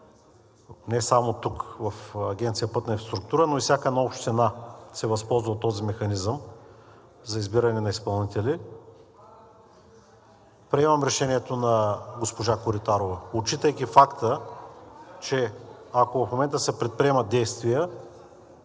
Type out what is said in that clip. не само тук, в Агенция „Пътна инфраструктура, но и всяка една община се възползва от този механизъм за избиране на изпълнители. Приемам решението на госпожа Коритарова, отчитайки факта, че ако в момента се предприемат действия